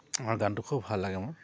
গানটো খুব ভাল লাগে মোৰ